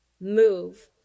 move